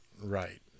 right